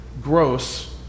gross